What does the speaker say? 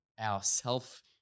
ourself